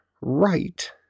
right